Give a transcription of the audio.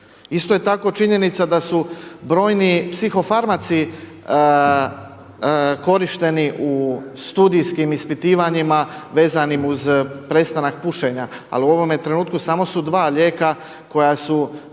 isto je tako činjenica da su brojni psihofarmaci korišteni u studijskim ispitivanjima vezanim uz prestanak pušenja, ali u ovome trenutku samo su dva lijeka koja su